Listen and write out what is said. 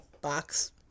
box